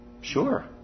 Sure